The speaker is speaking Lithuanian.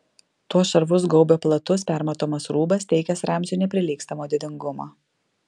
tuos šarvus gaubė platus permatomas rūbas teikęs ramziui neprilygstamo didingumo